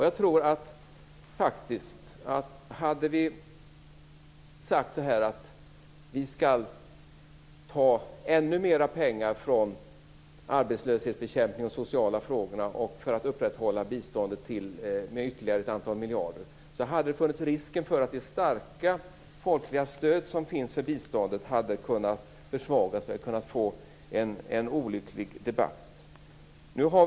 Jag tror faktiskt att om vi hade sagt att vi skall ta ännu mera pengar från arbetslöshetsbekämpning och sociala ändamål för att upprätthålla biståndet med ytterligare ett antal miljarder, hade det funnits risk för att det starka folkliga stöd som finns för biståndet hade försvagats och för att en olycklig debatt hade kunnat uppstå.